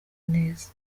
neza